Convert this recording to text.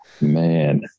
Man